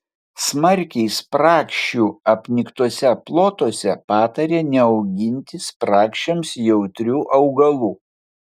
smarkiai spragšių apniktuose plotuose patarė neauginti spragšiams jautrių augalų